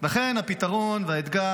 לכן הפתרון והאתגר